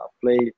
play